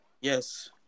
Yes